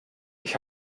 ich